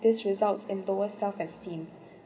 this results in towards self esteem